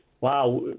wow